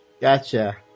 Gotcha